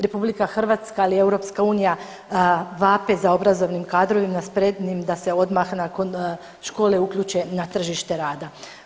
RH, ali i EU vape za obrazovnim kadrovima spremnim da se odmah nakon škole uključe na tržište rada.